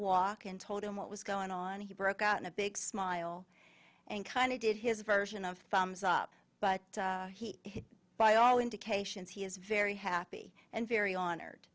walk and told him what was going on he broke out in a big smile and kind of did his version of from stop but by all indications he is very happy and very honored